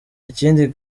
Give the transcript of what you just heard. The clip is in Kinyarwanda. ikindi